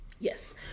Yes